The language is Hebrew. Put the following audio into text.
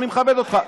ואני מכבד אותך.